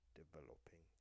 developing